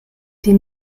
die